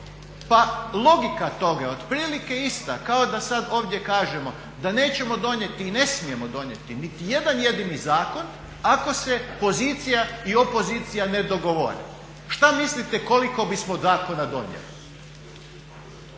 Pa logika toga je otprilike ista kao da sad ovdje kažemo da nećemo donijeti i ne smijemo donijeti nitijedan jedini zakon ako se pozicija i opozicija ne dogovore. Što mislite koliko bismo zakona donijeli?